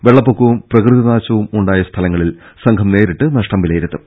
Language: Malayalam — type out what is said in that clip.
വെള്ളപ്പൊക്കവും പ്രകൃതി നാശവും ഉണ്ടായ സ്ഥലങ്ങളിൽ സംഘം നേരിട്ട് നഷ്ടം വിലയിരുത്തും